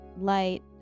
light